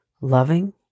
loving